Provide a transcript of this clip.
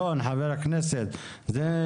חבר הכנסת טל,